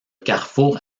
carrefour